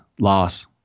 Loss